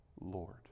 Lord